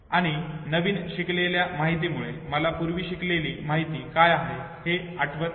आणि नवीन शिकलेल्या माहितीमुळे मला पूर्वी शिकलेली माहिती काय आहे हे आठवत नाही